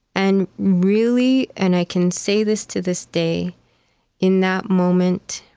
and really and i can say this to this day in that moment,